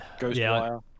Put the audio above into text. Ghostwire